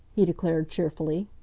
he declared cheerfully.